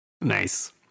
Nice